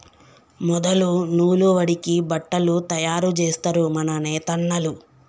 మొదలు నూలు వడికి బట్టలు తయారు జేస్తరు మన నేతన్నలు